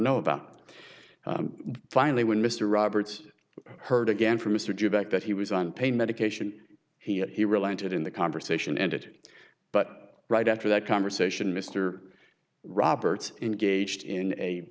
know about finally when mr roberts heard again from mr jack that he was on pain medication he had he relented in the conversation ended but right after that conversation mr roberts engaged in a